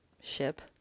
ship